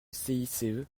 cice